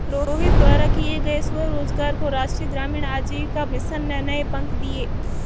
रोहित द्वारा किए गए स्वरोजगार को राष्ट्रीय ग्रामीण आजीविका मिशन ने नए पंख दिए